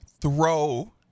throw